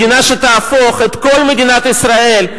מדינה שתהפוך את כל מדינת ישראל,